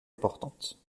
importantes